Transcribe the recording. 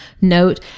note